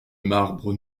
marbre